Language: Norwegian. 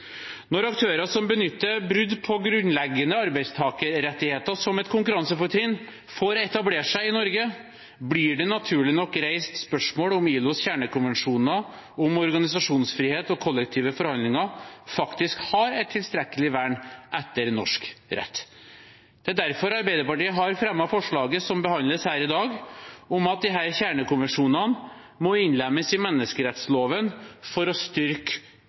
Når aktører som benytter brudd på grunnleggende arbeidstakerrettigheter som et konkurransefortrinn, får etablere seg i Norge, blir det naturlig nok reist spørsmål ved om ILOs kjernekonvensjoner, om organisasjonsfrihet og kollektive forhandlinger faktisk har et tilstrekkelig vern etter norsk rett. Det er derfor Arbeiderpartiet har fremmet forslaget som behandles i dag, om at disse kjernekonvensjonene må innlemmes i menneskerettsloven for å styrke